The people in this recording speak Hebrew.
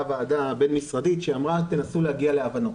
ועדה בין-משרדית שאמרה תנסו להגיע להבנות.